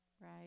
Right